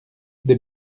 des